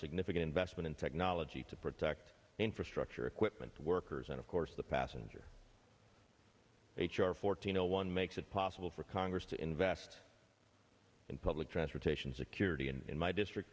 significant investment in technology to protect infrastructure equipment workers and of course the passenger h r fourteen zero one makes it possible for congress to invest in public transportation security and in my district